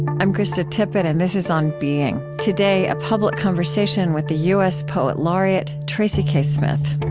i'm krista tippett, and this is on being. today, a public conversation with the u s. poet laureate, tracy k. smith